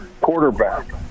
quarterback